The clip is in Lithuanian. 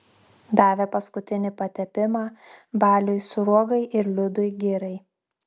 davė paskutinį patepimą baliui sruogai ir liudui girai